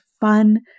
fun